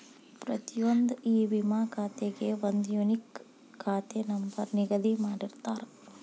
ಪ್ರತಿಯೊಂದ್ ಇ ವಿಮಾ ಖಾತೆಗೆ ಒಂದ್ ಯೂನಿಕ್ ಖಾತೆ ನಂಬರ್ ನಿಗದಿ ಮಾಡಿರ್ತಾರ